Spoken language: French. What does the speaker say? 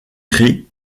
grès